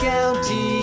County